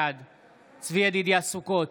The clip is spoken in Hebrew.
בעד צבי ידידיה סוכות,